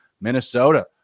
Minnesota